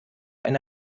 eine